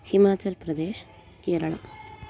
हिमाचल्प्रदेशः केरलः